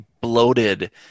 bloated